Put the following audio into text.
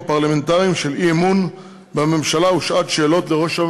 -אמון בממשלה ובעניין שעת שאלות.